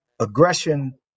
aggression